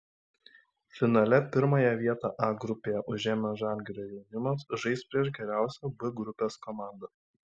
finale pirmąją vietą a grupėje užėmęs žalgirio jaunimas žais prieš geriausią b grupės komandą